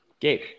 Gabe